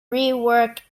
rework